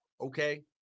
okay